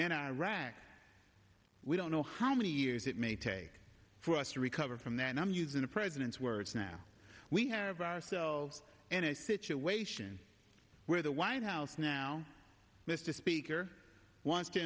in iraq we don't know how many years it may take for us to recover from that and i'm using the president's words now we have ourselves in a situation where the white house now mr speaker wants to